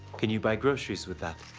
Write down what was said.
can you buy groceries with that?